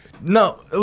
no